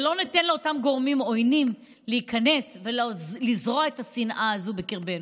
ולא ניתן לאותם גורמים עוינים להיכנס ולזרוע את השנאה הזאת בקרבנו.